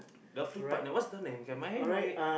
the free partner what's the name can I know it